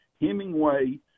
Hemingway